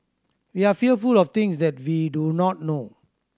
we are fearful of things that we do not know